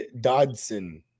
Dodson